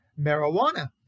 marijuana